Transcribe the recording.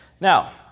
now